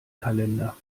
kalender